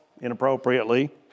inappropriately